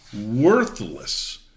worthless